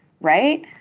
right